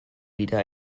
wieder